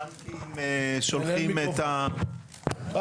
הבנקים שולחים את --- אין להם מיקרופון.